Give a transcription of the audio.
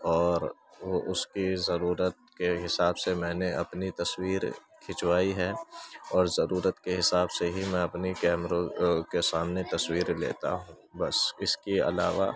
اور اس کی ضرورت کے حساب سے میں نے اپنی تصویر کھنچوائی ہے اور ضرورت کے حساب سے ہی میں اپنی کیمروں کے سامنے تصویر لیتا ہوں بس اس کے علاوہ